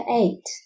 eight